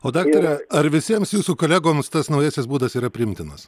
o daktare ar visiems jūsų kolegoms tas naujasis būdas yra priimtinas